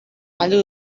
galdu